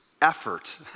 effort